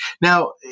Now